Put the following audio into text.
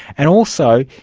and also,